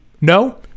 No